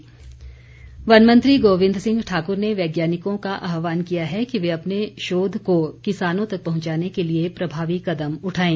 स्थापना दिवस वन मंत्री गोविंद सिंह ठाकुर ने वैज्ञानिकों का आहवान किया कि वे अपने शोध को किसानों तक पहुंचाने के लिए प्रभावी कदम उठाएं